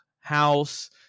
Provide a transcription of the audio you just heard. house